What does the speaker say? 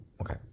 Okay